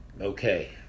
Okay